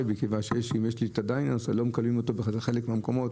כי יש לי "דיינרס" ולא מקבלים אותו בחלק מהמקומות